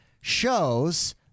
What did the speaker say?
shows